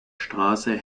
strasse